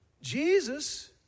Jesus